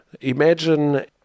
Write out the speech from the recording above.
imagine